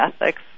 ethics